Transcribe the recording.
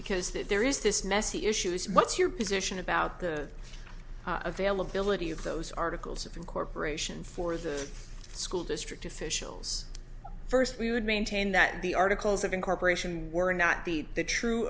because that there is this messy issue is what's your position about the availability of those articles of incorporation for the school district officials first we would maintain that the articles of incorporation were not be the true